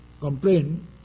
complain